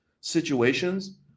situations